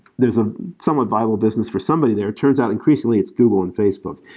there's ah somewhat viable business for somebody there. it turns out increasingly, it's google and facebook.